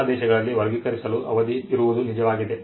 ಎಲ್ಲಾ ದೇಶಗಳಲ್ಲಿ ವರ್ಗೀಕರಿಸಲು ಅವಧಿ ಇರುವುದು ನಿಜವಾಗಿದೆ